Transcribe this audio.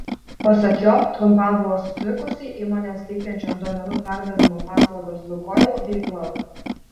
pasak jo trumpam buvo sutrikusi įmonės teikiančios duomenų perdavimo paslaugas lukoil veikla